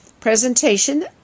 Presentation